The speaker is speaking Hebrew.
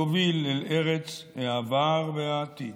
/ תוביל אל ארץ העבר והעתיד.